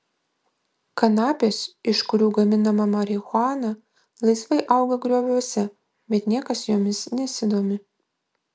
kanapės iš kurių gaminama marihuana laisvai auga grioviuose bet niekas jomis nesidomi